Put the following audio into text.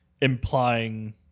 implying